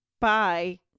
Bye